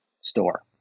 store